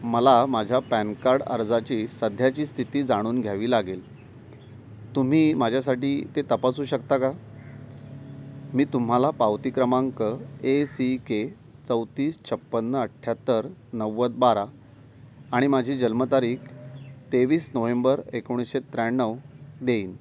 मला माझ्या PAN card अर्जाची सध्याची स्थिती जाणून घ्यावी लागेल तुम्ही माझ्यासाठी ते तपासू शकता का मी तुम्हाला पावती क्रमांक ए सी के चौतीस छप्पन्न अठ्याहत्तर नव्वद बारा आणि माझी जन्मतारीख तेवीस नोव्हेंबर एकोणीसशे त्र्याण्णव देईन